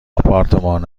آپارتمان